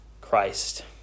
Christ